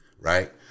right